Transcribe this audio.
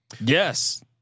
Yes